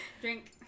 Drink